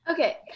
Okay